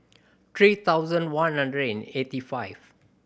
three thousand one hundred and eighty five